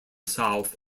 south